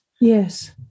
Yes